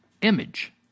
image